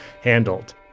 handled